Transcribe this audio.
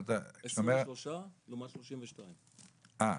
23 לעומת 32. עשרה.